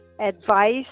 advice